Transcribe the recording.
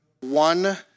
one